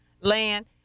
land